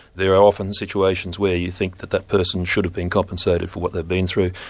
there are often situations where you think that that person should have been compensated for what they've been through,